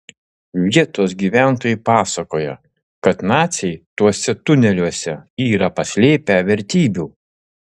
vietos gyventojai pasakoja kad naciai tuose tuneliuose yra paslėpę vertybių